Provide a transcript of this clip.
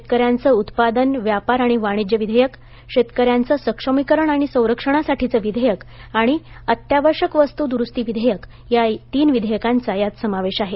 शेतकऱ्यांचे उत्पादन व्यापार आणि वाणिज्य विधेयक शेतकऱ्यांचे सक्षमीकरण आणि संरक्षणासाठीचे विधेयक आणि आवश्यक वस्तू दुरुस्ती विधेयक या तीन विधेयकांचा यात समावेश आहे